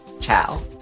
Ciao